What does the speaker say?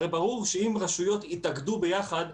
הרי ברור שאם רשויות יתאגדו ביחד,